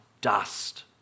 dust